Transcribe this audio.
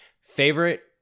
Favorite